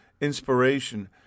inspiration